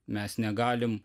mes negalim